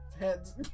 Heads